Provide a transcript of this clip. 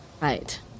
Right